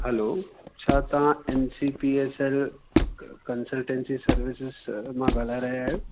हलो छा तव्हां N C P S L consultancy services मां ॻाल्हाए रहिया आहियो